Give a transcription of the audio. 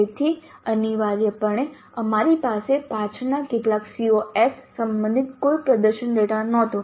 તેથી અનિવાર્યપણે અમારી પાસે પાછળના કેટલાક COs સંબંધિત કોઈ પ્રદર્શન ડેટા નહોતો